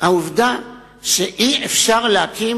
העובדה שאי-אפשר להקים